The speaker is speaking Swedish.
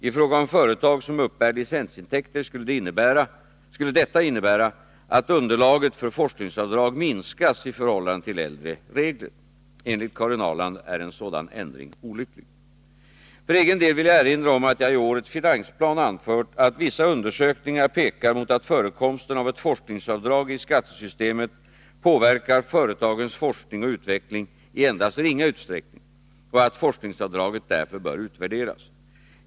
I fråga om företag som uppbär licensintäkter skulle detta innebära att underlaget för forskningsavdrag minskas i förhållande till äldre regler. Enligt Karin Ahrland är en sådan ändring olycklig. För egen del vill jag erinra om att jag i årets finansplan anfört att vissa undersökningar pekar mot att förekomsten av ett forskningsavdrag i skattesystemet påverkar företagens forskning och utveckling i endast ringa utsträckning och att forskningsavdraget därför bör utvärderas.